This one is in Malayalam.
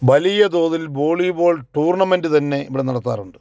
വലിയ തോതിൽ വോളിബോൾ ടൂർണമെൻറ്റ് തന്നെ ഇവിടെ നടത്താറുണ്ട്